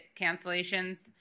cancellations